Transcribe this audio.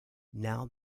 now